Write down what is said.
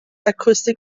acoustic